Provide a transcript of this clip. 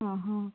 ಹಾಂ ಹಾಂ